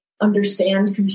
understand